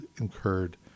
incurred